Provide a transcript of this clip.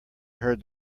heard